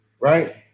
right